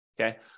okay